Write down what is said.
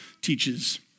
teaches